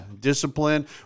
discipline